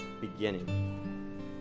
beginning